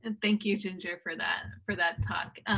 and thank you, ginger, for that for that talk.